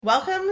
Welcome